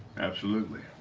absolutely.